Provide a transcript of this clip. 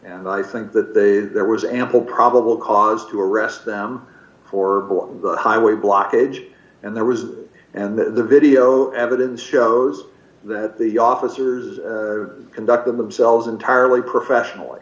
and i think that there was ample probable cause to arrest them for one highway blockage and there was and the video evidence shows that the d officers conduct themselves entirely professionally